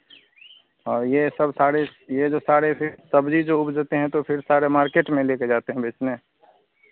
हाँ ये सब सारी ये जो सारे सब्जी जो उपजते हैं तो फिर सारा मार्केट में ही ले कर जाते हैं बेचने